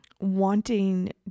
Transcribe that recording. wanting